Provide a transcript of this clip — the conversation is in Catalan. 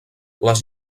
les